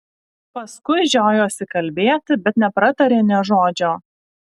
paskui žiojosi kalbėti bet nepratarė nė žodžio